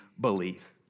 believe